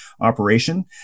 operation